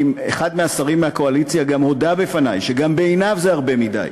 אחד מהשרים מהקואליציה גם הוא הודה בפני שגם בעיניו זה הרבה מדי.